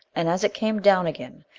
and as it came down again,